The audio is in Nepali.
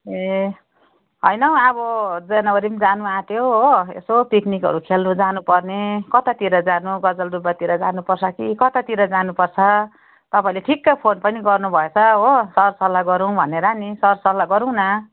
ए होइन हौ अब जनवरी पनि जानु आँट्यो हो यसो पिकनिकहरू खेल्नु जानुपर्ने कतातिर जानु गजलडुब्बातिर जानुपर्छ कि कतातिर जानुपर्छ तपाईँले ठिक्क फोन पनि गर्नु भएछ हो सरसल्लाह गरौँ भनेर नि सरसल्लाह गरौँ न